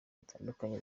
zitandukanye